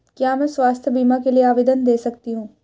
क्या मैं स्वास्थ्य बीमा के लिए आवेदन दे सकती हूँ?